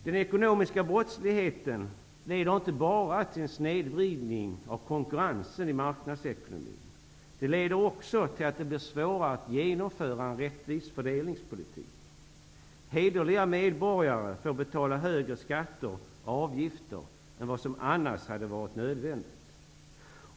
Den ekonomiska brottsligheten leder inte bara till en snedvridning av konkurrensen i marknadsekonomin. Den leder också till att det blir svårare att genomföra en rättvis fördelningspolitik. Hederliga medborgare får betala högre skatter och avgifter än vad som annars hade varit nödvändigt.